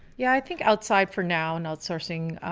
yeah, i think outside for now and outsourcing,